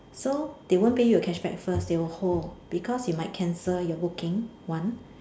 so they won't pay you a cashback first they will hold because you might cancel your booking one